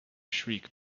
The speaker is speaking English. shriek